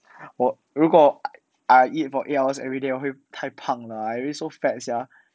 or 如果 I eat for eight hour everyday 我会太胖啦 I already so fat sia